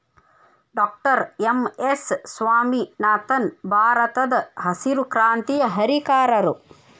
doctor MS Swaminathan ಭಾರತದಹಸಿರು ಕ್ರಾಂತಿಯ ಹರಿಕಾರರು